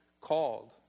called